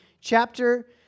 chapter